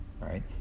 right